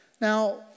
Now